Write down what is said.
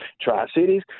Tri-Cities